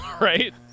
right